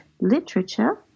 Literature